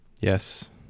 Yes